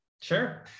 sure